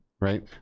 right